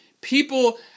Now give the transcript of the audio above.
People